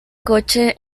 coche